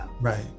right